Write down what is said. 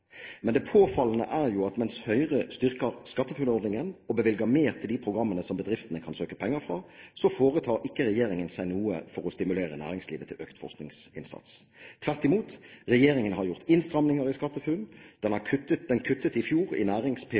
Men det påfallende er at mens Høyre styrker skatteFUNN-ordningen og bevilger mer til de programmene som bedriftene kan søke penger fra, så foretar ikke regjeringen seg noe for å stimulere næringslivet til økt forskningsinnsats. Tvert imot, Regjeringen har gjort innstramminger i skatteFUNN, den kuttet i fjor i